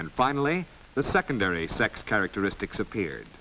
and finally the secondary sex characteristics appeared